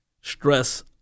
stress